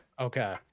Okay